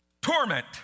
torment